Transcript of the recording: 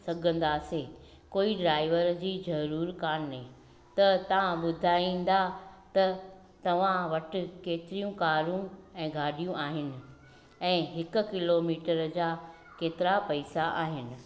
सघंदासीं कोई ड्राइवर जी ज़रूरु कान्हे त तव्हां ॿुधाईंदा त तव्हां वटि केतिरयूं कारूं ऐं गाॾियूं आहिनि ऐं हिकु किलोमीटर जा केतिरा पैसा आहिनि